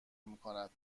میکند